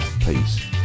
peace